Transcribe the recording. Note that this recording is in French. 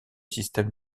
système